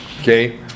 Okay